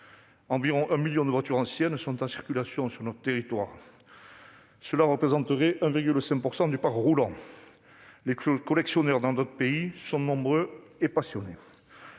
Environ un million de voitures anciennes sont en circulation sur notre territoire, ce qui représenterait 1,5 % du parc roulant. Les collectionneurs sont nombreux et passionnés